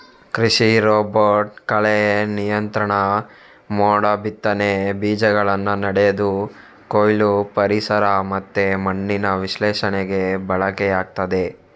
ಕೃಷಿ ರೋಬೋಟ್ ಕಳೆ ನಿಯಂತ್ರಣ, ಮೋಡ ಬಿತ್ತನೆ, ಬೀಜಗಳನ್ನ ನೆಡುದು, ಕೊಯ್ಲು, ಪರಿಸರ ಮತ್ತೆ ಮಣ್ಣಿನ ವಿಶ್ಲೇಷಣೆಗೆ ಬಳಕೆಯಾಗ್ತದೆ